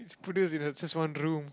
produce in a just one room